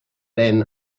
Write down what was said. then